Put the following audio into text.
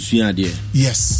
Yes